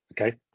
Okay